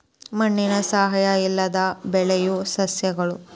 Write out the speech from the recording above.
ಮಣ್ಣಿನ ಸಹಾಯಾ ಇಲ್ಲದ ಬೆಳಿಯು ಸಸ್ಯಗಳು